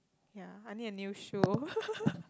ya I need a new shoe